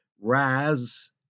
rise